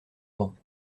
bancs